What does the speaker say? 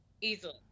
Easily